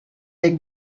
take